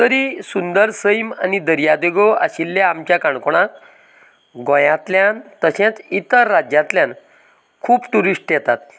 तरी सुंदर सैम आनी दर्या देगो आशिल्ल्या आमच्या काणकोणांत गोंयांतल्यान तशेंच इतर राज्यांतल्यान खूब ट्युरिस्ट येतात